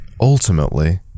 ultimately